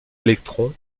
électrons